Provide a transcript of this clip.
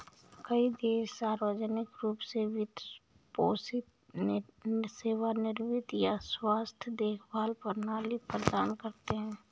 कई देश सार्वजनिक रूप से वित्त पोषित सेवानिवृत्ति या स्वास्थ्य देखभाल प्रणाली प्रदान करते है